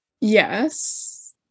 Yes